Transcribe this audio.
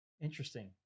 interesting